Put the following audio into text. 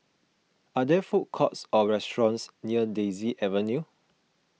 are there food courts or restaurants near Daisy Avenue